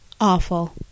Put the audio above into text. Awful